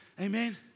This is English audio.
Amen